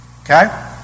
Okay